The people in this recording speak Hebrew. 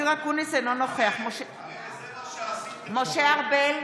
אינו נוכח משה ארבל,